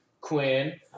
Quinn